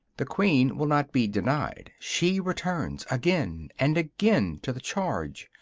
the queen will not be denied she returns again and again to the charge,